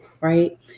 right